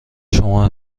شما